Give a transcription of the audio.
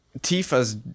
Tifa's